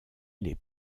les